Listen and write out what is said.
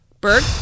Bird